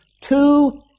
Two